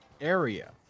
area